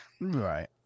Right